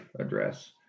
address